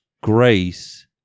grace